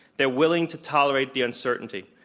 they're willing to tolerate the uncertainty.